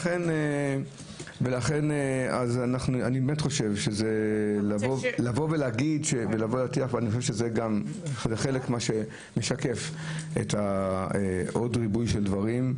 לכן אני רוצה להגיד שזה חלק ממה שמשקף את ריבוי של דברים,